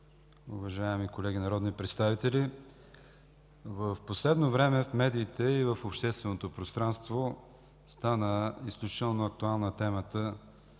уважаеми колеги народни представители, в последно време в медиите и в общественото пространство стана изключително актуална темата